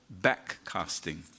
backcasting